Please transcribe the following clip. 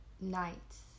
nights